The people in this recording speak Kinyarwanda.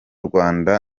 rwanda